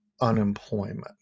unemployment